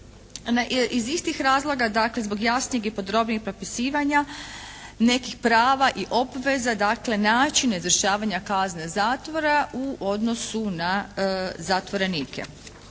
iz istih razloga, dakle zbog jasnijeg i podrobnijeg propisivanja nekih prava i obveza dakle način izvršavanja kazne zatvora u odnosu na zatvorenike.